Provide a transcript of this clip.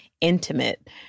intimate